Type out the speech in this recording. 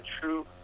True